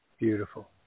Beautiful